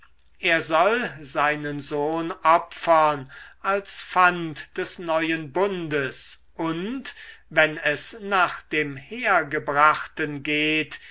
er soll seinen sohn opfern als pfand des neuen bundes und wenn es nach dem hergebrachten geht